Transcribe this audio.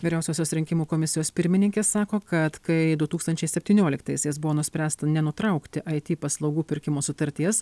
vyriausiosios rinkimų komisijos pirmininkė sako kad kai du tūkstančiai septynioliktaisiais buvo nuspręsta nenutraukti aity paslaugų pirkimo sutarties